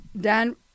Dan